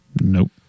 Nope